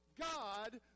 God